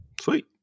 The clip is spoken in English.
Sweet